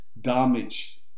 damage